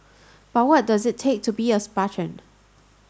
but what does it take to be a spartan